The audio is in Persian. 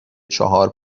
چهار